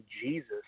Jesus